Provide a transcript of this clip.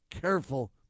careful